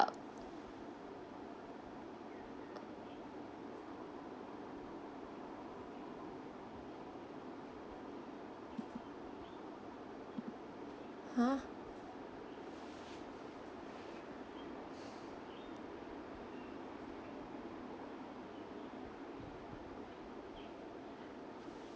uh !huh!